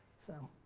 so.